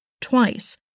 Twice